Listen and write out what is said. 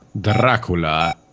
Dracula